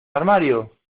armario